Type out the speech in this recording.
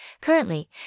currently